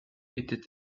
était